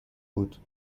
بود